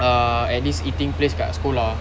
uh at this eating place kat sekolah